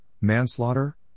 Manslaughter